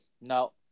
No